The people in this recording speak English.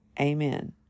Amen